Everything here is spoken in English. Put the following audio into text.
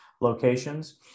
locations